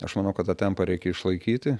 aš manau kad tą tempą reikia išlaikyti